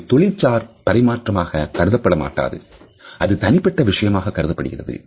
அது தொழில்சார் பரிமாற்றமாக கருதப்படமாட்டாது அது தனிப்பட்ட விஷயமாக கருதப்படுகிறது